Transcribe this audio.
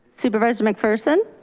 supervisor mcpherson?